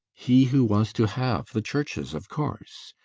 he who was to have the churches, of course!